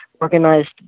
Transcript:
Organized